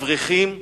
אברכים,